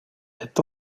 est